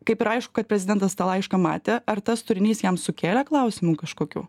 kaip ir aišku kad prezidentas tą laišką matė ar tas turinys jam sukėlė klausimų kažkokių